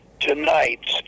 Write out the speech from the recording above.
tonights